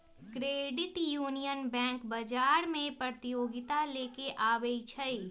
credit union bank बजार में प्रतिजोगिता लेके आबै छइ